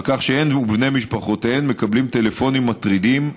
על כך שהן ובני משפחותיהן מקבלים טלפונים מטרידים,